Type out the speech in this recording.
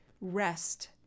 rest